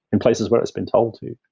in places where it's been told to.